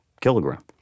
kilogram